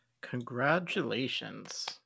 congratulations